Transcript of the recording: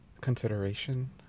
consideration